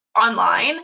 online